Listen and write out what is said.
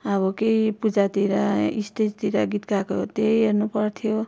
अब केही पूजातिर स्टेजतिर गीत गाएको त्यही हेर्नु पर्थ्यो